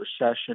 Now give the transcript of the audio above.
recession